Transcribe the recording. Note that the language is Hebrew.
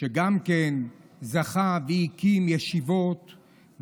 גם זכה והקים ישיבות,